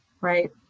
right